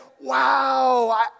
Wow